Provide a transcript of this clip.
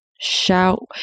Shout